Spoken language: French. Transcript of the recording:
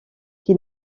qui